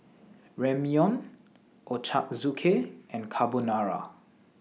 Ramyeon Ochazuke and Carbonara